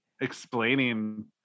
explaining